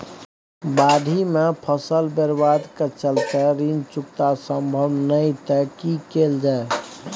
बाढि में फसल बर्बाद के चलते ऋण चुकता सम्भव नय त की कैल जा?